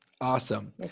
Awesome